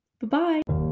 Bye-bye